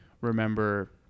remember